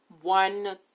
one